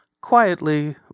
quietly